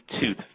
tooth